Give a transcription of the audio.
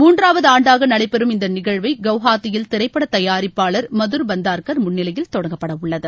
மூன்றாவது ஆண்டாக நடைபெறும் இந்த நிகழ்வை குவஹாத்தியில் திரைப்பட தயாரிப்பாளர் மதுர் பந்தார்கர் முன்னிலையில் தொடங்கப்படவுள்ளது